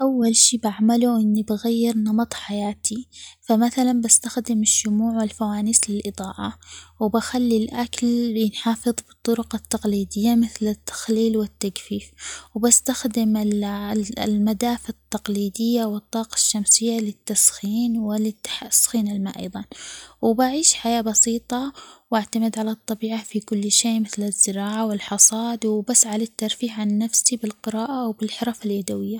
بختار شخصية رابعة العدوية، والسبب إن هو إيمانها القوي وثباتها في وجه التحديات وأود اسمع منها عن تجاربها ومعتقداتها وكيف استطاعت إن تحافظ على دينها في أوقات الاضطراب، والحوار معها رح يكون ملهم ورح أتعلم منها أشياء كثيرة.